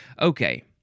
Okay